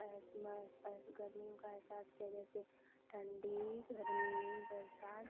ऐस मैस ऐस गर्मियों का अहसास किया जैसे ठंडी गर्मी बरसात